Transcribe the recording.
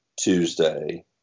Tuesday